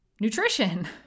Nutrition